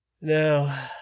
No